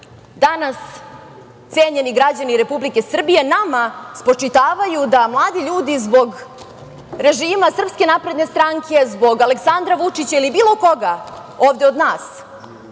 danas, cenjeni građani Republike Srbije, nama spočitavaju da mladi ljudi zbog režima SNS, zbog Aleksandra Vučića ili bilo koga ovde od nas,